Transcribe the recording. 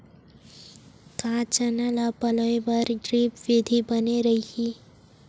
का चना ल पलोय बर ड्रिप विधी बने रही?